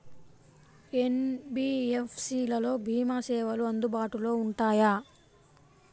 NBFC లలో భీమా సేవలు అందుబాటులో ఉంటాయా?